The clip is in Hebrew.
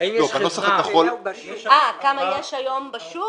בנוסח הכחול -- כמה יש היום בשוק?